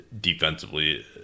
defensively